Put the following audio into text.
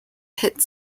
hit